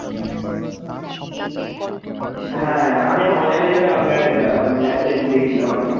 হ্যাঁ হ্যাঁ আমি এখন অনলাইনে দেখলাম আপনার এটা মানে অ্যাডটা দেখে দেখেছিলাম আমি